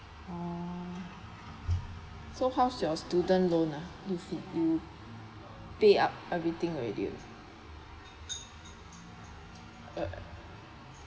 mm so how's your student loan ah you said you paid up everything already uh